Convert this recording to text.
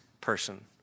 person